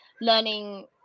learning